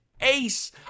ace